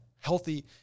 healthy